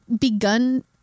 begun